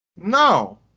No